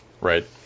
right